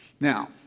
Now